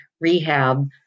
rehab